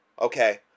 okay